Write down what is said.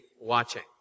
watching